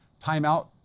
Timeout